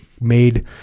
made